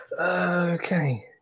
Okay